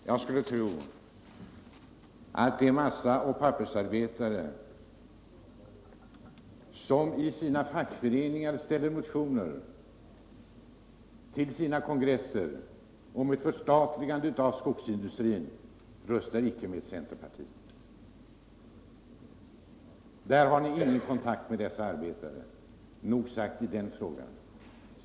Herr talman! Jag skulle tro att de massaoch pappersarbetare, som i sina fackföreningar väcker motioner till sina kongresser om ett förstatligande av skogsindustrin, icke röstar med centerpartiet. Där har ni ingen kontakt med dessa arbetare. Nog sagt i den frågan.